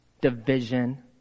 Division